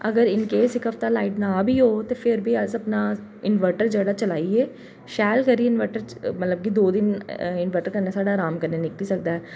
अगर in case light नेईं बी होग ते फिर बी अस अपना इनवर्टर जेह्ड़ा चलाइयै शैल करियै इनवर्टर मतलब की दौ दिन इनवर्टर कन्नै साढ़ा अराम कन्नै निकली सकदा